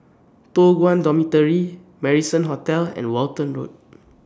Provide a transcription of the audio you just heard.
Toh Guan Dormitory Marrison Hotel and Walton Road